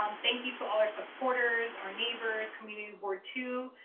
um thank you to all our supporters, our neighbors, community board two,